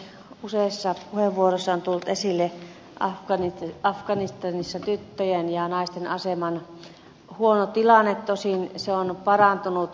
useissa puheenvuoroissa on tullut esille tyttöjen ja naisten aseman huono tilanne afganistanissa tosin se on parantunut menneisiin aikoihin nähden